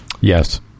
Yes